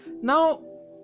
Now